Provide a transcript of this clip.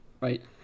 right